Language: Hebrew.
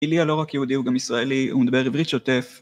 איליה לא רק יהודי, הוא גם ישראלי, הוא מדבר עברית שוטף.